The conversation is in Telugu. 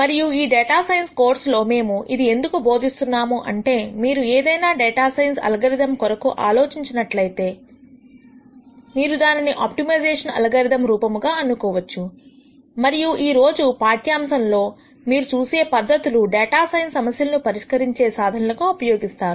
మరియు ఈ డేటా సైన్స్ కోర్స్ లో మేము ఇది ఎందుకు బోధిస్తున్నాము అంటే మీరు ఏదైనా డేటా సైన్స్ అల్గారిథం కొరకు ఆలోచించినట్లయితే మీరు దానిని ఆప్టిమైజేషన్ అల్గారిథం రూపముగా అనుకోవచ్చు మరియు ఈరోజు పాఠ్యాంశము మీరు చూసే పద్ధతులు డేటా సైన్స్ సమస్యలను పరిష్కరించే సాధనాలుగా ఉపయోగిస్తారు